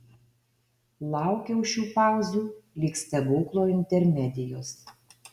laukiau šių pauzių lyg stebuklo intermedijos